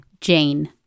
Jane